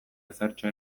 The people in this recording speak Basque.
ezertxo